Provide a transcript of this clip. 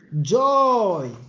joy